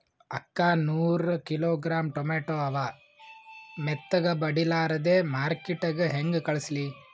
ಅಕ್ಕಾ ನೂರ kilogram tomato ಅವ, ಮೆತ್ತಗಬಡಿಲಾರ್ದೆ ಮಾರ್ಕಿಟಗೆ ಹೆಂಗ ಕಳಸಲಿ?